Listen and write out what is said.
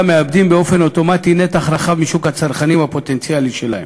מאבדים באופן אוטומטי נתח רחב משוק הצרכנים הפוטנציאלי שלהם.